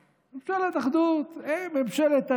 "אחדות", ממשלת "הריפוי",